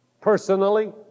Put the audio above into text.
personally